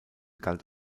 galt